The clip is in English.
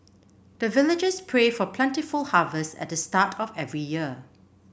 the villagers pray for plentiful harvest at the start of every year